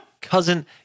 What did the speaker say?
Cousin